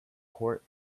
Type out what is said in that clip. court